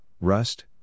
rust